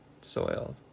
soil